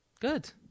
Good